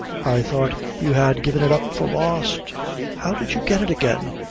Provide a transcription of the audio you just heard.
i thought you had given it up for lost how did you get it again?